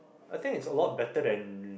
I think its a lot better than